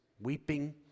weeping